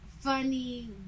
funny